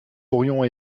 aurions